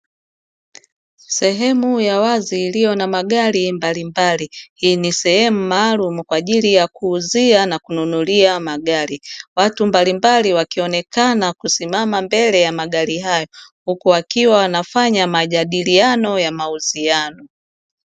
Sehemu ya wazi iliyo na magari mbalimbali, hii ni sehemu maalumu kwa ajili ya kuuzia na kununulia magari. Watu mbalimbali wakionekana kusimama mbele ya magari hayo huku wakiwa wanafanya majadiliano ya mauziano.